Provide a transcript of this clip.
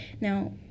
Now